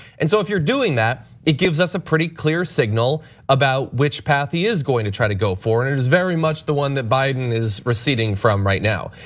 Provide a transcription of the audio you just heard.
and so if you're doing that, it gives us a pretty clear signal about which path he is going to try to go for and it very much the one that biden is receding from right now.